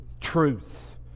truth